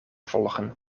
volgen